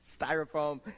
styrofoam